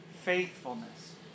faithfulness